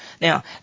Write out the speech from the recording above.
Now